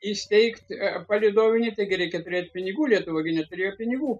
įsteigt palydovinį tai gi reikia turėt pinigų lietuva gi neturėjo pinigų